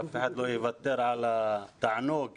אף אחד לא יוותר על התענוג -- בסדר,